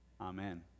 Amen